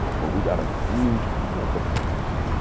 but we got a huge comic book collection.